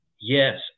yes